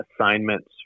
assignments